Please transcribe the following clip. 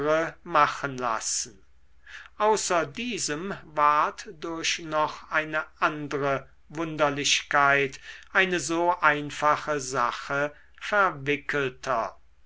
machen lassen außer diesem ward durch noch eine andre wunderlichkeit eine so einfache sache verwickelter